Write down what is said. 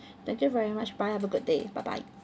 thank you very much bye have a good day bye bye